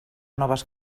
noves